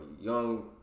young